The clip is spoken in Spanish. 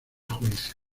juicio